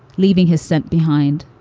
leaving his scent behind.